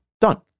done